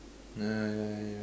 nah ya ya